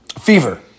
Fever